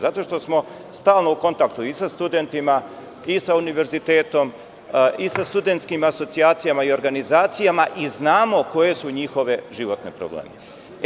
Zato što smo stalno u kontaktu i sa studentima i sa univerzitetom i sa studentskim asocijacijama i organizacijama i znamo koji su njihovi životni problemi.